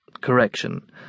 correction